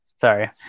Sorry